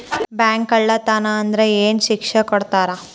Bank ಕಳ್ಳತನಾ ಆದ್ರ ಏನ್ ಶಿಕ್ಷೆ ಕೊಡ್ತಾರ?